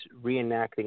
reenacting